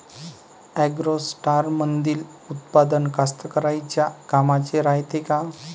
ॲग्रोस्टारमंदील उत्पादन कास्तकाराइच्या कामाचे रायते का?